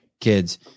kids